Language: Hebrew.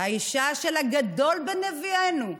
האישה של הגדול בנביאינו,